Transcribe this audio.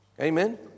Amen